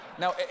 Now